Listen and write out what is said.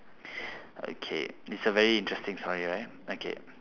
okay it's a very interesting story right okay